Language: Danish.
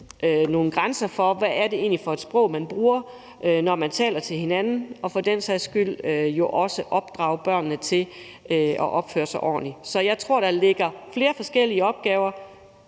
nogle grænser for, hvad det egentlig er for et sprog, man bruger, når man taler til hinanden, og for den sags skyld også opdrage børnene til at opføre sig ordentligt. Så jeg tror, at der ligger flere forskellige opgaver,